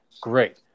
Great